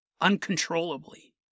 uncontrollably